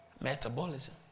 Metabolism